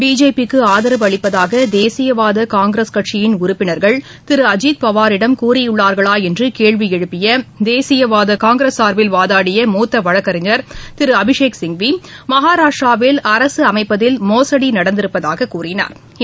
BJP க்கு ஆதரவு அளிப்பதாக தேசியவாத காங்கிரஸ் கட்சியின் உறுப்பினர்கள் திரு அஜித்பவாரிடம் கூறியுள்ளுர்களா என்று கேள்வி எழுப்பிய தேசியவாத காங்கிரஸ் காங்கிரஸ் சார்பில் வாதாடிய மூத்த வழக்கறிஞர் திரு அபிஷேக் சிங்வி மகாராஷ்டிராவில் அரசு அமைப்பதில் மோசடி நடந்திருப்பதாகக் கூறினா்